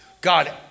God